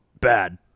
bad